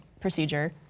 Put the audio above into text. procedure